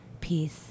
peace